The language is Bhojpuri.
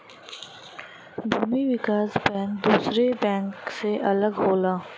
भूमि विकास बैंक दुसरे बैंक से अलग होला